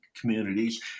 communities